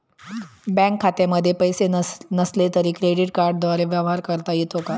Bank खात्यामध्ये पैसे नसले तरी क्रेडिट कार्डद्वारे व्यवहार करता येतो का?